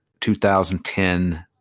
2010